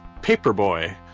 Paperboy